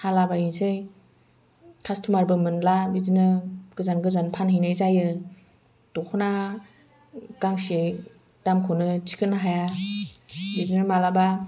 हालाबायनोसै customer बो मोनला बिदिनो गोजान गोजान फानहैनाय जायो दख'ना गांसे दामखौनो थिखांनो हाया बिदिनो मालाबा